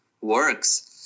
works